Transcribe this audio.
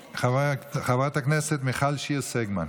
חברת הכנסת מיכל שיר סגמן.